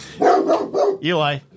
eli